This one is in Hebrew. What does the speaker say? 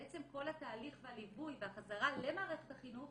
בעצם כל התהליך והליווי והחזרה למערכת החינוך